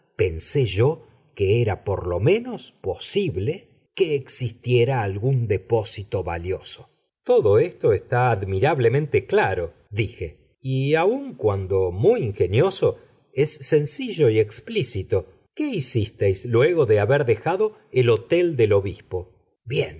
pensé yo que era por lo menos posible que existiera algún depósito valioso todo esto está admirablemente claro dije y aun cuando muy ingenioso es sencillo y explícito qué hicisteis luego de haber dejado el hotel del obispo bien